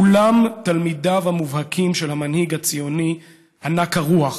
כולם תלמידיו המובהקים של המנהיג הציוני ענק הרוח